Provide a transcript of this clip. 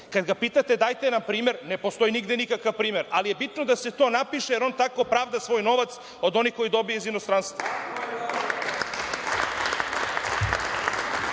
Kada ga pitate – dajte nam primer, ne postoji nigde nikakav primer, ali je bitno da se to napiše jer on tako pravda svoj novac od onih koje dobija iz inostranstva. Ja